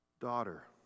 daughter